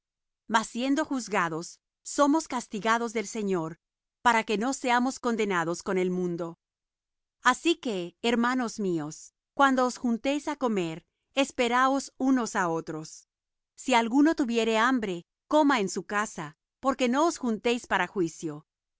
mas siendo juzgados somos castigados del señor para que no seamos condenados con el mundo así que hermanos míos cuando os juntáis á comer esperaos unos á otros si alguno tuviere hambre coma en su casa porque no os juntéis para juicio